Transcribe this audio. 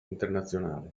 internazionale